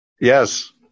Yes